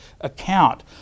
account